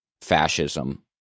fascism